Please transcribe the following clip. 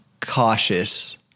cautious